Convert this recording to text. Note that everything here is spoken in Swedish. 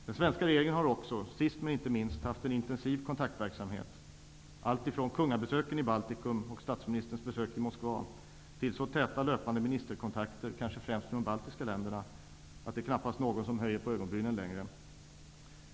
Den svenska regeringen har också, sist men inte minst, haft en intensiv kontaktverksamhet; alltifrån kungabesöken i Baltikum och statsministerns besök i Moskva till så täta löpande ministerkontakter -- kanske främst med de baltiska länderna -- att det knappast är någon som höjer på ögonbrynen längre.